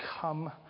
Come